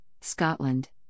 Scotland